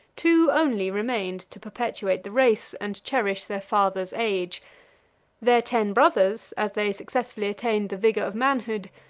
two only remained to perpetuate the race, and cherish their father's age their ten brothers, as they successfully attained the vigor of manhood,